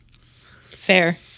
fair